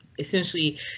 Essentially